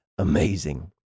Amazing